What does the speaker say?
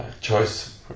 choice